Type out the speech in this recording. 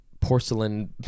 Porcelain